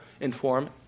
inform